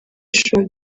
ishuri